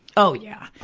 oh, yeah.